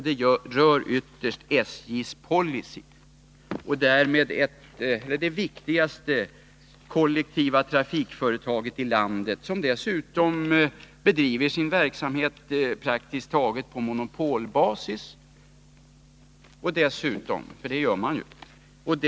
Det rör ytterst SJ:s policy och därmed det viktigaste kollektiva trafikföretaget i landet, som dessutom bedriver sin verksamhet praktiskt taget på monopolbasis.